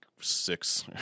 six